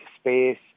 space